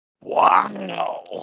Wow